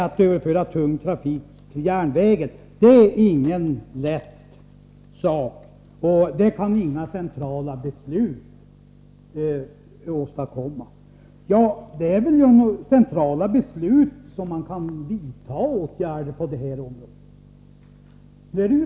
Att överföra tung trafik till järnvägen är ingen lätt sak, och det kan inte centrala beslut åstadkomma, hävdar Ove Karlsson. Det är väl just genom centrala beslut som man kan vidta åtgärder på detta område.